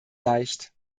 leicht